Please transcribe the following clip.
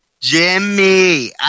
Jimmy